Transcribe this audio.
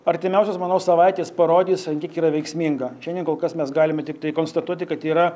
artimiausios manau savaitės parodys an kiek yra veiksminga šiandien kol kas mes galime tiktai konstatuoti kad yra